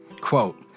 quote